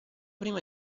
prima